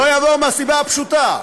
לא יעבור מהסיבה הפשוטה,